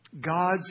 God's